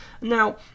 Now